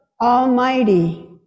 Almighty